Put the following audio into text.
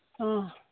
ꯑꯥ